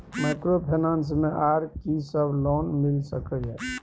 Microfinance मे आर की सब लोन मिल सके ये?